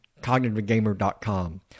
cognitivegamer.com